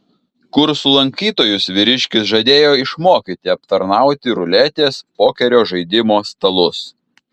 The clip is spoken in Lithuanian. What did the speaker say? kursų lankytojus vyriškis žadėjo išmokyti aptarnauti ruletės pokerio žaidimo stalus